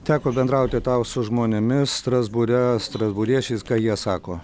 teko bendrauti tau su žmonėmis strasbūre strasbūriečiais ką jie sako